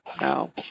no